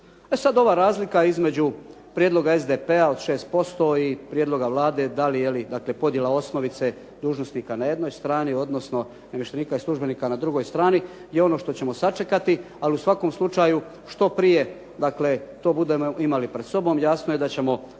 ova razlika između prijedloga SDP-a od 6% i prijedloga Vlade da li je li podjela osnovice dužnosnika na jednoj strani, odnosno namještenika i službenika na drugoj strani je ono što ćemo sačekati, ali u svakom slučaju što prije budemo imali pred sobom jasno je da ćemo to